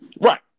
Right